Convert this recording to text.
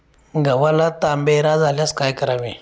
गव्हाला तांबेरा झाल्यास काय करावे?